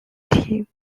team